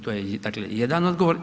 To je dakle jedan odgovor.